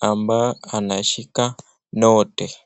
ambao anashika noti.